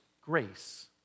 grace